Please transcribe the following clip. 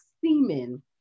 semen